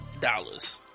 dollars